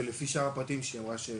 או לפי שאר הפרטים האחרים